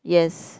yes